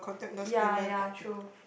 ya ya true